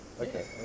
Okay